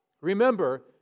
Remember